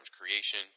creation